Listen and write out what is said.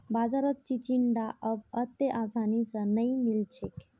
बाजारत चिचिण्डा अब अत्ते आसानी स नइ मिल छेक